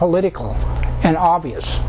political and obvious